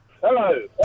Hello